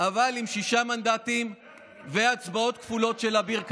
עם שישה מנדטים והצבעות כפולות של אביר קארה,